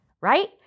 right